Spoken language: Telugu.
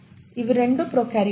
ఇవి రెండూ ప్రొకార్యోట్లు